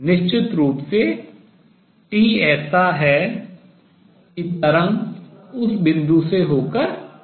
निश्चित रूप से t ऐसा है कि तरंग उस बिंदु से होकर गुजरी है